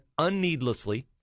unneedlessly